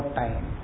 time